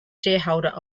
shareholder